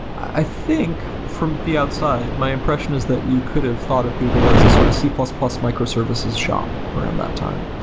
i think from the outside, my impression is that you could have thought of google as a sort of c plus plus microservices shop around that time.